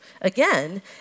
Again